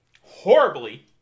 horribly